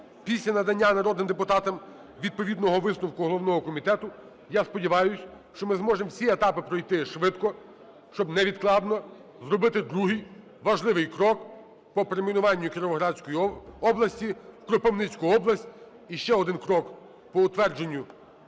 після надання народним депутатам відповідного висновку головного комітету. Я сподіваюсь, що ми зможемо всі етапи пройти швидко, щоб невідкладно зробити другий, важливий, крок по перейменуванню Кіровоградської області в Кропивницьку область і ще один крок по утвердженню